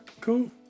cool